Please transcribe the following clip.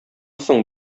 соң